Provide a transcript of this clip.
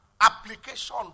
application